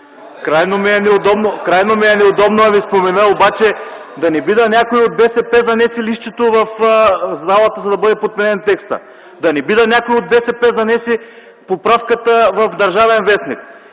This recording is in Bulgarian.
Крайно ми е неудобно да Ви спомена, обаче да не би някой от БСП да занесе листчето в залата, за да бъде подменен текстът? Да не би някой от БСП да занесе поправката в „Държавен вестник”?